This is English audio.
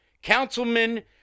Councilman